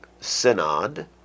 synod